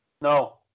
No